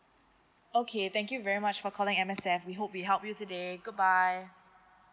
okay thank you very much for calling M_S_F we hope we helped you today goodbye